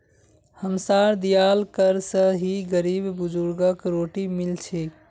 हमसार दियाल कर स ही गरीब बुजुर्गक रोटी मिल छेक